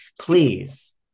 Please